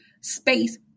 space